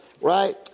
right